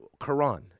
Quran